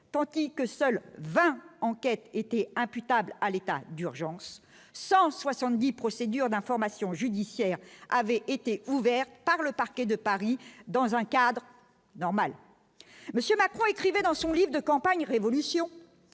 2016 que seuls 20 enquête étaient imputables à l'état d'urgence 170 procédures d'information judiciaire avait été ouverte par le parquet de Paris dans un cadre normal, monsieur Macron écrivait dans son livre de campagne révolution